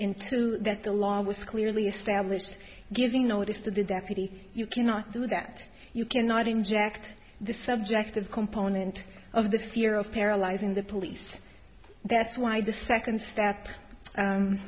into that the law was clearly established giving notice to the deputy you cannot do that you cannot inject the subjective component of the fear of paralyzing the police that's why the second step